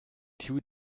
two